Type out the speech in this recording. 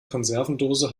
konservendose